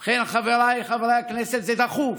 ובכן, חבריי חברי הכנסת, זה דחוף,